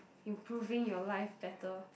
improving your life better